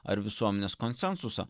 ar visuomenės konsensuso